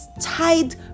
tied